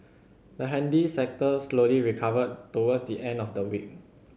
the handy sector slowly recovered towards the end of the week